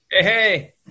hey